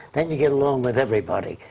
then you get along with everybody.